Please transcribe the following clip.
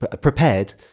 prepared